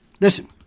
listen